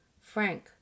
Frank